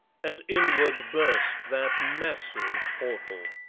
and inward burst that massive portal.